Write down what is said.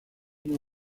una